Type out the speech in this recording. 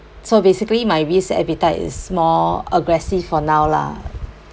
so basically my risk appetite is more aggressive for now lah